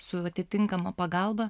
su atitinkama pagalba